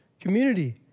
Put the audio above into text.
community